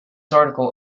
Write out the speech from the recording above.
article